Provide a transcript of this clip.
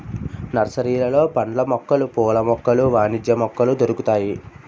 నర్సరీలలో పండ్ల మొక్కలు పూల మొక్కలు వాణిజ్య మొక్కలు దొరుకుతాయి